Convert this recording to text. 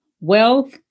Wealth